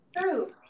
true